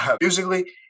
musically